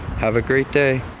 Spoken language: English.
have a great day